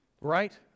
Right